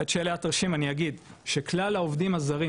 עד שיעלה התרשים אני אגיד שכלל העובדים הזרים